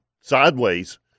sideways